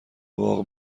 باغ